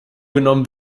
genommen